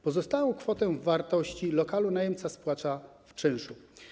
Pozostałą kwotę wartości lokalu najemca spłaca w czynszu.